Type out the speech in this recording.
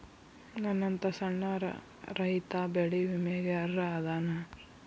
ನನ್ನಂತ ಸಣ್ಣ ರೈತಾ ಬೆಳಿ ವಿಮೆಗೆ ಅರ್ಹ ಅದನಾ?